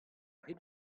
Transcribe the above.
rit